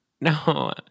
No